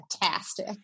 fantastic